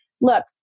look